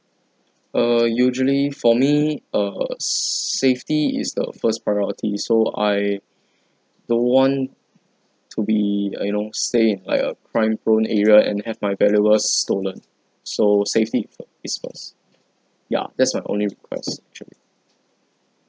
err usually for me err safety is the first priority so I don't want to be I you know stay in like a crime prone area and have my valuables stolen so safety i~ first is first ya that's my only request actually